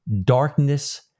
Darkness